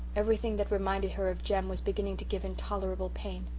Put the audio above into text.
everything that reminded her of jem was beginning to give intolerable pain.